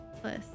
plus